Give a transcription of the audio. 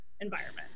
environment